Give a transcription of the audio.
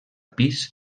pis